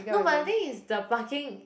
no but the thing is the parking